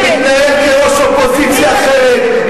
שמתנהג כראש אופוזיציה אחרת,